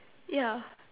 ya